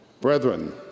Brethren